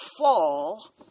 fall